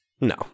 No